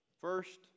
First